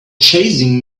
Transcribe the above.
chasing